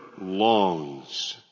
longs